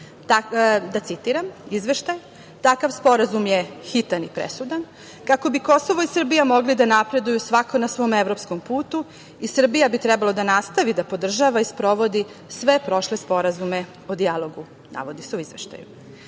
Da citira, izveštaj – takav sporazum je hitan i presudan kako bi Kosovo i Srbija mogli da napreduju svako na svom evropskom putu i Srbija bi trebalo da nastavi da podržava i sprovodi sve prošle sporazume o dijalogu, navodi se u izveštaju.